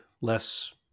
less